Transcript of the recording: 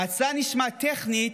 ההצעה נשמעת טכנית,